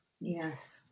Yes